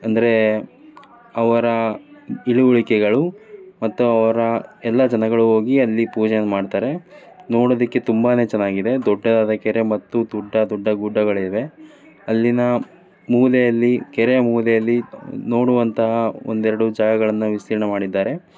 ಅಂದ್ರೆ ಅವರ ಇಳುವಳಿಕೆಗಳು ಮತ್ತು ಅವರ ಎಲ್ಲ ಜನಗಳು ಹೋಗಿ ಅಲ್ಲಿ ಪೂಜೆಯನ್ನು ಮಾಡ್ತಾರೆ ನೋಡೋದಕ್ಕೆ ತುಂಬ ಚೆನ್ನಾಗಿದೆ ದೊಡ್ಡದಾದ ಕೆರೆ ಮತ್ತು ದೊಡ್ಡ ದೊಡ್ಡ ಗುಡ್ಡಗಳಿವೆ ಅಲ್ಲಿನ ಮೂಲೆಯಲ್ಲಿ ಕೆರೆಯ ಮೂಲೆಯಲ್ಲಿ ನೋಡುವಂತಹ ಒಂದೆರಡು ಜಾಗಗಳನ್ನು ವಿಸ್ತೀರ್ಣ ಮಾಡಿದ್ದಾರೆ